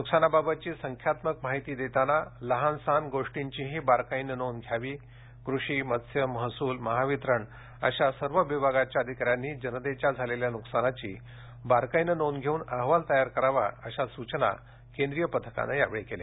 नुकसानाबाबतची संख्यात्मक माहिती देताना लहान सहान गोष्टींचीही बारकाईने नोंद घ्यावी कृषी मत्स्य महसूल महावितरण अशा सर्व विभागांच्या अधिकाऱ्यांनी जनतेच्या झालेल्या नुकसानाची बारकाईनं नोंद घेऊन अहवाल तयार करावा अशा सूचना केंद्रीय पथकानं यावेळी केल्या